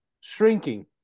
Shrinking